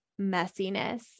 messiness